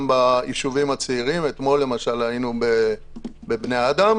בישובים הצעירים - אתמול למשל היינו בבני אדם